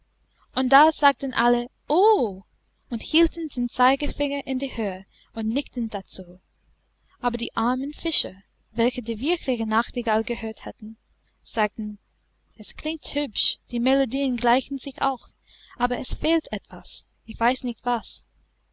und da sagten alle o und hielten den zeigefinger in die höhe und nickten dazu aber die armen fischer welche die wirkliche nachtigall gehört hatten sagten es klingt hübsch die melodieen gleichen sich auch aber es fehlt etwas ich weiß nicht was